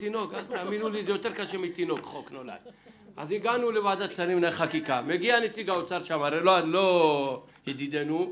מגיע נציג האוצר, לא ידידינו,